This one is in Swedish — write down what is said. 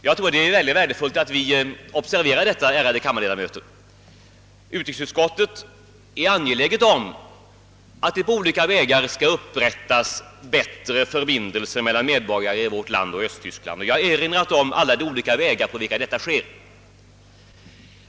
Jag tror att det är av värde att vi observerar detta, ärade kammarledamöter. Utrikesutskottet är angeläget om att det på olika vägar upprättas bättre förbindelser mellan medborgare i vårt land och Östtyskland, och jag har erinrat om alla de olika vägar på vilka detta sker.